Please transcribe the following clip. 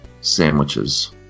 sandwiches